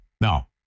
No